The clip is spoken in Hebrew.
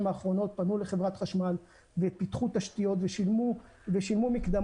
האחרונות פנו לחברת החשמל ופיתחו תשתיות ושילמו מקדמות.